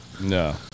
No